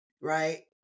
right